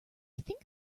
think